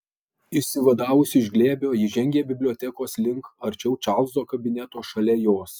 išsivadavusi iš glėbio ji žengė bibliotekos link arčiau čarlzo kabineto šalia jos